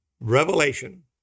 revelation